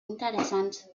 interessants